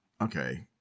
okay